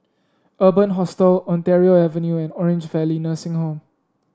Urban Hostel Ontario Avenue and Orange Valley Nursing Home